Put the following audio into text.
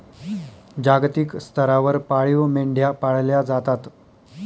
जागतिक स्तरावर पाळीव मेंढ्या पाळल्या जातात